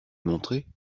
montrer